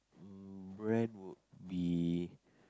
when would be